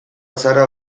zara